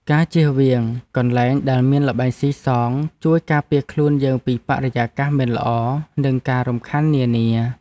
ការជៀសវាងកន្លែងដែលមានល្បែងស៊ីសងជួយការពារខ្លួនយើងពីបរិយាកាសមិនល្អ និងការរំខាននានា។